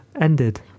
ended